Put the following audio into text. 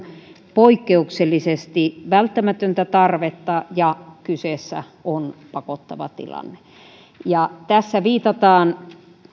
poikkeuksellisesti välttämätöntä tarvetta ja kyseessä on pakottava tilanne tässä viitataan